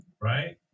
right